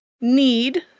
need